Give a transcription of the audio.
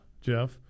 Jeff